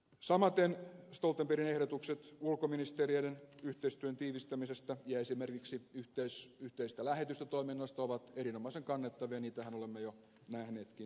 samaten stoltenbergin ehdotukset ulkoministeriöiden yhteistyön tiivistämisestä ja esimerkiksi yhteisistä lähetystötoiminnoista ovat erinomaisen kannatettavia ja niitähän olemme jo nähneetkin